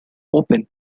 open